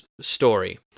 story